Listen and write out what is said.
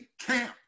camp